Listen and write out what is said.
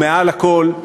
ומעל הכול,